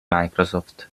microsoft